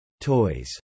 Toys